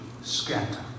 scatter